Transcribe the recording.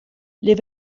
les